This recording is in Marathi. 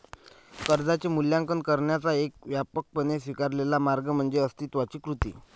कर्जाचे मूल्यांकन करण्याचा एक व्यापकपणे स्वीकारलेला मार्ग म्हणजे अस्तित्वाची कृती